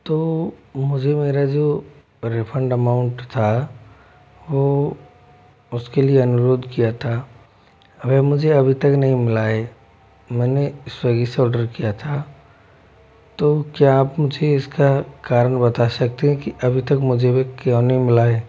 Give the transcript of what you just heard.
तो मुझे मेरा जो रिफंड अमाउंट था वो उसके लिए अनुरोध किया था मगर मुझे अभी तक नहीं मिला है मैंने स्विगी से ऑर्डर किया था तो क्या आप मुझे इसका कारण बता सकते हैं कि अभी तक मुझे वे क्यों नहीं मिला है